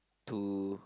to